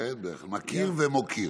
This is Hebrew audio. מכיר ומוקיר.